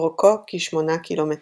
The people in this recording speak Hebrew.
אורכו כשמונה קילומטרים.